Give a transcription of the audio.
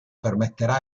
permetterà